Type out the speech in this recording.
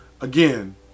again